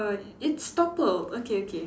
it's toppled okay okay